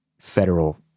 federal